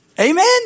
Amen